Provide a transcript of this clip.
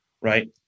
Right